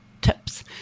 tips